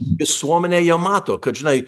visuomenė ją mato kad žinai